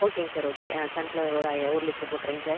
ஓகேங்க sir okay ஆ sunflower oil ஒரு லிட்டர் போட்டுறேங்க சார்